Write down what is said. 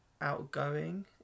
outgoing